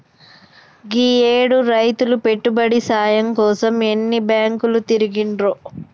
గీయేడు రైతులు పెట్టుబడి సాయం కోసం ఎన్ని బాంకులు తిరిగిండ్రో